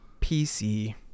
PC